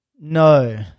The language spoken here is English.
No